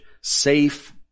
Safe